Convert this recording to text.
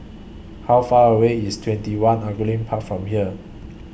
How Far away IS TwentyOne Angullia Park from here